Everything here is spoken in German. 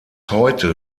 heute